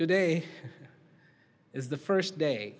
today is the first day